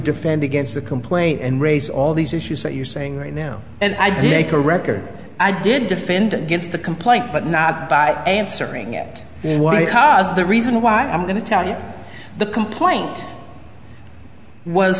defend against the complaint and raise all these issues that you're saying right now and i did make a record i did defend against the complaint but not by answering it why because the reason why i'm going to tell you the complaint was